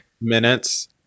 minutes